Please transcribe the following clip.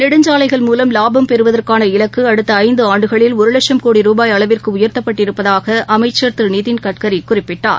நெடுஞ்சாலைகள் மூலம் வாபம் பெறுவதற்கான இலக்குஅடுத்தஐந்துஆண்டுகளில் ஒருவட்சம் கோடி ரூபாய் அளவிற்குஉயர்த்தப்பட்டிருப்பதாகஅமைச்சர் திருநிதின்கட்கரிகுறிப்பிட்டார்